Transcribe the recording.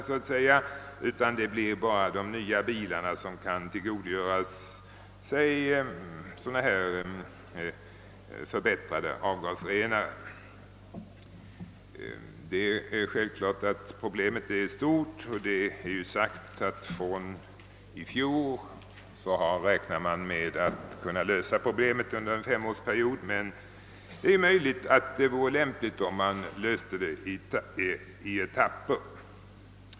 Det är således endast de nya bilarna som kan utrustas med de förbättrade avgasrenarna. Problemet är självklart stort. I fjol sades det att man räknade med att kunna lösa det under en femårsperiod, men kanske vore det lämpligt med en lösning i etapper.